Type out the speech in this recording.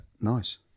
Nice